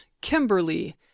Kimberly